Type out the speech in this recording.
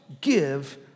give